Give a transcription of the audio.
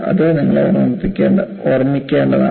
ഇത് നിങ്ങൾ ഓർമ്മിക്കേണ്ടതാണ്